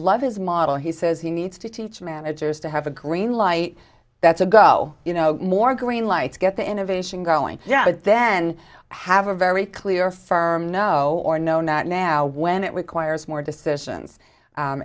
love his model he says he needs to teach managers to have a green light that's a go you know more green light to get the innovation going yeah but then i have a very clear firm no or no not now when it requires more decisions